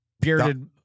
Bearded